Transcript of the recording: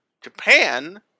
Japan